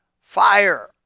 fire